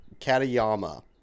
Katayama